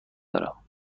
دارم